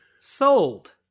Sold